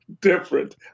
Different